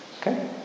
Okay